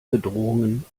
bedrohungen